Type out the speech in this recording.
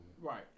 Right